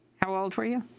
how old were you?